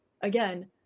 again